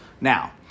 Now